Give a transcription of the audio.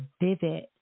vivid